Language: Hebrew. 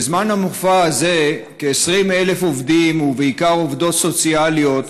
בזמן המופע הזה כ-20,000 עובדים ובעיקר עובדות סוציאליות,